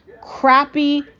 Crappy